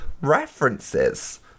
References